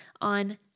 on